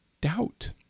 Doubt